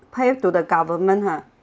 pay it to the government ah